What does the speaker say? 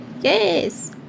Yes